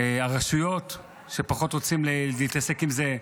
הרשויות פחות רוצות להתעסק עם זה,